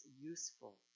useful